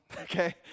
okay